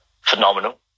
phenomenal